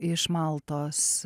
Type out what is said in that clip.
iš maltos